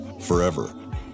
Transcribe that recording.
forever